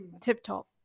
tip-top